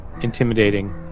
intimidating